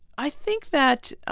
i think that